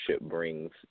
brings